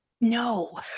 no